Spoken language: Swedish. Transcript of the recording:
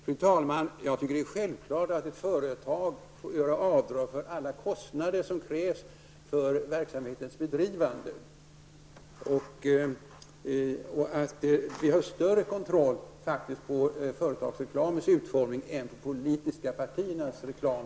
Fru talman! Jag tycker att det är självklart att ett företag får göra avdrag för alla kostnader som krävs för verksamhetens bedrivande. Vi har faktiskt större kontroll på företagsreklamens utformning än på utformningar av de politiska partiernas reklam.